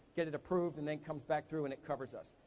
get it approved, and then it comes back through and it covers us.